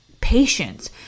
patience